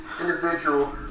individual